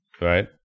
right